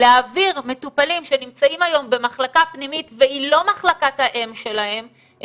להעביר מטופלים שנמצאים היום במחלקה פנימית והיא לא מחלקת האם שלהם,